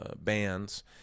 bands